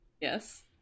Yes